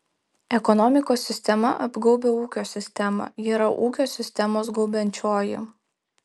ekonomikos sistema apgaubia ūkio sistemą ji yra ūkio sistemos gaubiančioji